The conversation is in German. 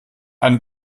eine